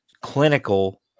clinical